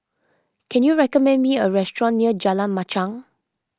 can you recommend me a restaurant near Jalan Machang